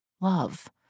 Love